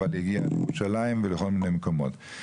אבל היא הגיעה לירושלים ולכל מיני מקומות.